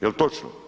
Jel točno?